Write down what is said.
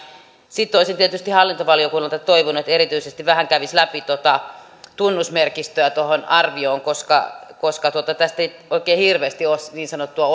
sitten olisin tietysti hallintovaliokunnalta toivonut että se erityisesti kävisi vähän läpi tuota tunnusmerkistöä tuohon arvioon koska koska tästä ei oikein hirveästi ole niin sanottua